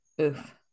Oof